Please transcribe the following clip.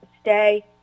Stay